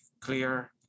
clear